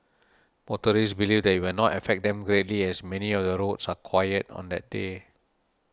motorists believe it will not affect them greatly as many of the roads are quiet on that day